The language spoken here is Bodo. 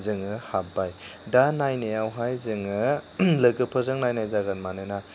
जोङो हाबबाय दा नायनायावहाय जोङो लोगोफोरजों नायनाय जागोन मानोना